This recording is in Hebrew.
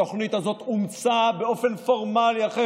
התוכנית הזאת אומצה באופן פורמלי אחרי